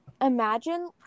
imagine